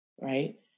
right